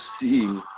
see